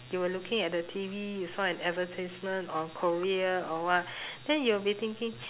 you were looking at the T_V you saw an advertisement of korea or what then you'll be thinking